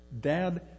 Dad